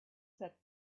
set